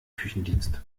küchendienst